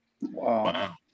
Wow